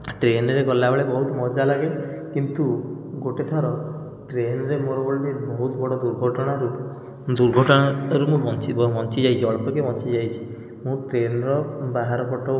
ଟ୍ରେନ୍ରେ ଗଲାବେଳେ ବହୁତ ମଜା ଲାଗେ କିନ୍ତୁ ଗୋଟେଥର ଟ୍ରେନ୍ରେ ମୋର ଗୋଟେ ବହୁତ ବଡ଼ ଦୁର୍ଘଟଣାରୁ ଦୁର୍ଘଟଣାଟାରୁ ମୁଁ ବଞ୍ଚି ବଞ୍ଚିଯାଇଛି ଅଳ୍ପକେ ବଞ୍ଚିଯାଇଛି ମୁଁ ଟ୍ରେନ୍ର ବାହାର ପଟ